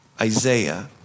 Isaiah